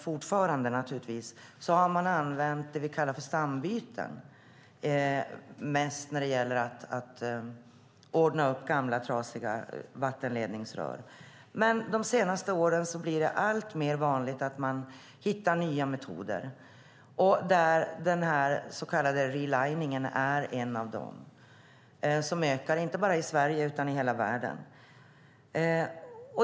Tidigare, och även nu, har man använt det som vi kallar stambyten när man ska göra i ordning gamla och trasiga vattenledningsrör. Men under de senaste åren har det blivit alltmer vanligt att man hittar nya metoder. Denna så kallade relining är en av dem som ökar inte bara i Sverige utan i hela världen.